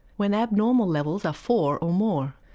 when abnormal levels are four or more.